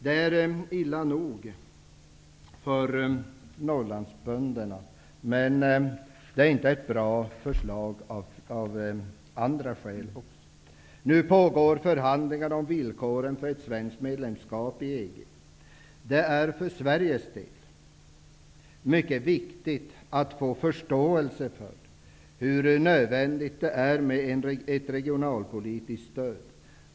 Det är illa nog för Norrlandsbönderna, men det är inte ett bra förslag av andra skäl också. Nu pågår förhandlingarna om villkoren för ett svenskt medlemskap i EG. Det är för Sveriges del mycket viktigt att få förståelse för hur nödvändigt det är med ett regionalpolitiskt stöd.